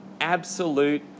Absolute